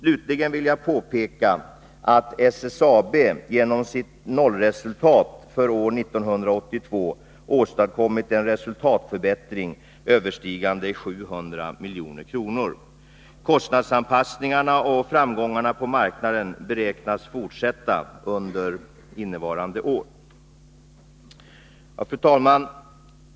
Vidare vill jag påpeka att SSAB genom sitt nollresultat för år 1982 åstadkommit en resultatförbättring överstigande 700 milj.kr. Kostnadsanpassningen och framgångarna på marknaden beräknas fortsätta under innevarande år. Fru talman!